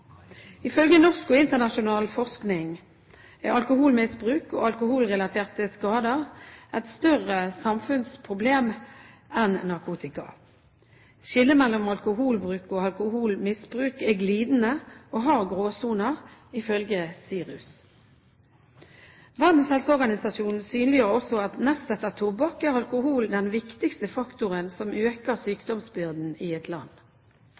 Ifølge norsk og internasjonal forskning er alkoholmisbruk og alkoholrelaterte skader et større samfunnsproblem enn narkotika. Skillet mellom alkoholbruk og alkoholmisbruk er glidende og har gråsoner, ifølge SIRUS. Verdens helseorganisasjon synliggjør også at nest etter tobakk er alkohol den viktigste faktoren som øker sykdomsbyrden i et land.